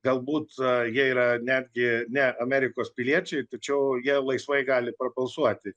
galbūt jie yra netgi ne amerikos piliečiai tačiau jie laisvai gali prabalsuoti